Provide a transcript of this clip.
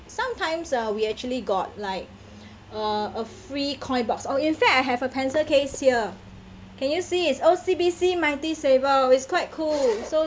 sometimes uh we actually got like a a free coin box or in fact I have a pencil case here can you see it's O_C_B_C mighty saver it's quite cool so